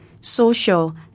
social